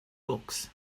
books